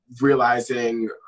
realizing